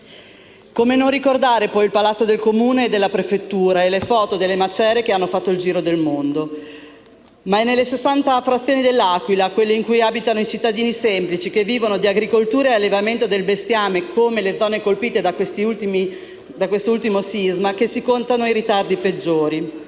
Come non ricordare il palazzo del Comune e della prefettura e le foto delle macerie che hanno fatto il giro del mondo. Ma è nelle sessanta frazioni di L'Aquila, quelle in cui abitano i cittadini semplici, che vivono di agricoltura e allevamento del bestiame, come le zone colpite da quest'ultimo sisma, che si contano i ritardi peggiori